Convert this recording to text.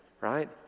right